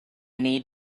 need